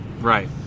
Right